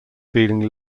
feeling